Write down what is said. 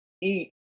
eat